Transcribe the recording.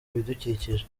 ibidukikije